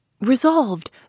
Resolved